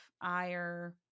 ire